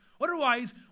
Otherwise